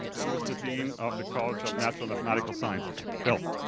who is the dean of the college of natural mathematical sciences. bill.